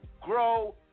grow